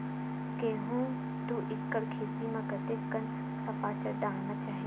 गेहूं के दू एकड़ खेती म कतेकन सफाचट डालना चाहि?